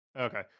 Okay